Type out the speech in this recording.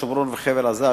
שומרון וחבל-עזה,